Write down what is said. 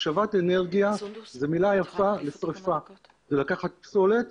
השבת אנרגיה זו מילה יפה לשריפה, זה לקחת פסולת